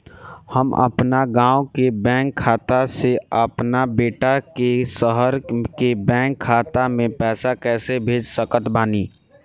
हम अपना गाँव के बैंक खाता से अपना बेटा के शहर के बैंक खाता मे पैसा कैसे भेज सकत बानी?